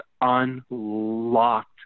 unlocked